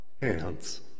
hands